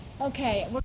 okay